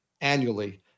annually